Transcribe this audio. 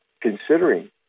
considering